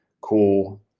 Cool